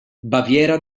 baviera